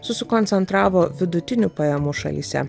susikoncentravo vidutinių pajamų šalyse